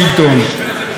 היא הטובה ביותר,